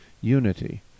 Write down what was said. unity